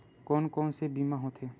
कोन कोन से बीमा होथे?